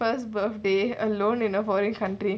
first birthday alone in the whole country